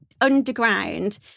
underground